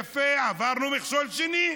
יפה, עברנו מכשול שני.